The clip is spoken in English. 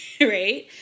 right